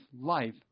life